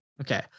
Okay